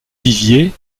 viviers